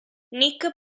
nick